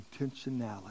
intentionality